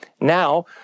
Now